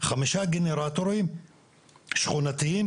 חמישה גנרטורים שכונתיים,